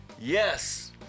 Yes